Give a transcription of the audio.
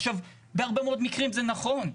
עכשיו, בהרבה מאוד מקרים זה נכון.